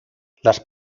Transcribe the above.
las